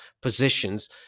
positions